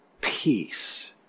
peace